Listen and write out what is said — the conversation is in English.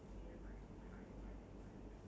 oh you they never say how long ah